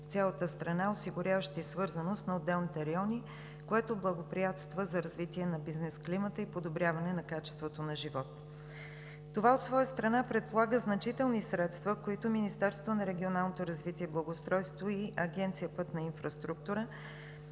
в цялата страна, осигуряващи свързаност на отделните райони, което благоприятства за развитие на бизнес климата и подобряване качеството на живот. Това от своя страна предполага значителни средства, които Министерството на регионалното развитие и благоустройството и Агенция „Пътна инфраструктура“